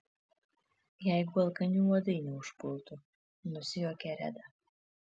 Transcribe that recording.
jeigu alkani uodai neužpultų nusijuokė reda